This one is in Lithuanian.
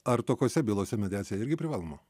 ar tokiose bylose mediacija irgi privaloma